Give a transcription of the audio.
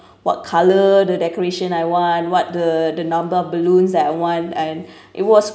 what colour the decoration I want what the the number of balloons that I want and it was